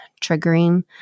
triggering